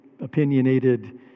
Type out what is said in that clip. opinionated